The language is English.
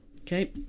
Okay